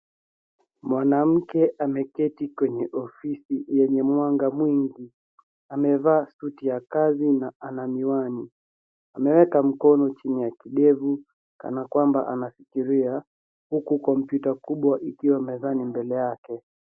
Mwanamke ameketi kwenye ofisi yenye mwanga mwingi. Amevaa suti ya kazi na ana miwani. Ameweka mkono chini ya kidevu kana kwamba anafikiria, huku kompyuta kubwa ikiwa mezani mbele yake.